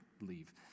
leave